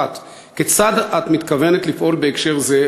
1. כיצד את מתכוונת לפעול בהקשר זה,